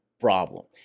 problem